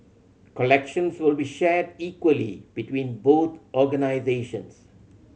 collections will be shared equally between both organisations